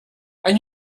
and